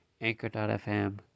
Anchor.fm